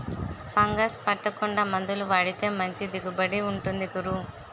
fungus పట్టకుండా మందులు వాడితే మంచి దిగుబడి ఉంటుంది గురూ